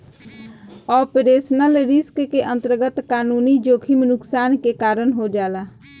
operational risk के अंतरगत कानूनी जोखिम नुकसान के कारन हो जाला